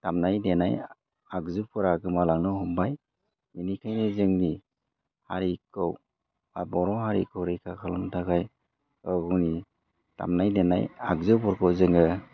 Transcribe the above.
दामनाय देनाया आगजुफोरा गोमालांनो हमबाय बेनिखायनो जोंनि हारिखौ बा बर' हारिखौ रैखा खालामनो थाखाय गाव गावनि दामनाय देनाय आगजुफोरखौ जोङो